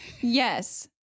yes